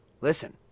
listen